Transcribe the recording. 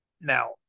Now